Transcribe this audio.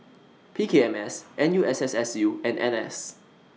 P K M S N U S S U and N S